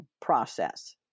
process